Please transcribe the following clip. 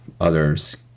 others